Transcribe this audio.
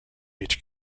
each